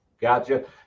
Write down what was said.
Gotcha